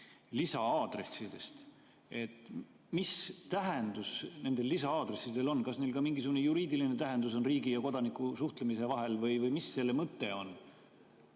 lisa‑aadressidest. Mis tähendus nendel lisa‑aadressidel on? Kas neil on ka mingisugune juriidiline tähendus riigi ja kodaniku suhtlemises? Või mis selle mõte on?